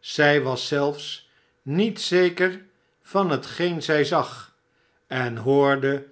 zij was zelf niet zeker van hetgeen zij zagj en hoorde